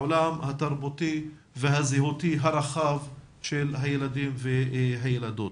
העולם התרבותי והזהותי הרחב של הילדים והילדות.